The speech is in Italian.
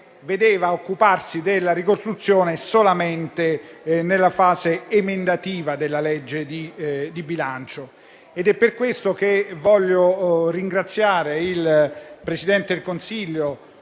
ci si occupava della ricostruzione solamente nella fase emendativa della legge di bilancio. È per questo che voglio ringraziare il presidente del Consiglio